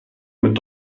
mit